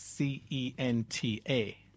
C-E-N-T-A